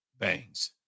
Bangs